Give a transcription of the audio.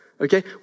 okay